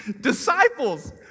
disciples